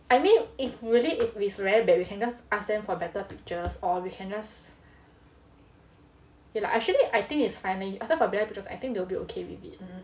I mean if really if it's very bad we can just ask them for better pictures or we can just okay lah actually I think it's fine you ask them for better pictures and I think they'll be okay with it